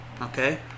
Okay